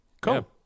Cool